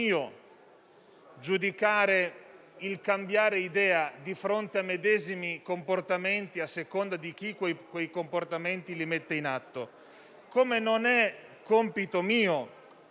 giudicare il cambiare idea di fronte a medesimi comportamenti a seconda di chi quei comportamenti mette in atto. Come non è compito mio